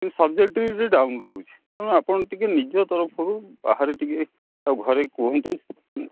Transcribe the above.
କିନ୍ତୁ ସବଜେକ୍ଟିଭରେ ଡାଉନ୍ ରହୁଛି ତେଣୁ ଆପଣ ଟିକେ ନିଜ ତରଫରୁ ବାହାରେ ଟିକେ ଆଉ ଘରେ କୁହନ୍ତୁ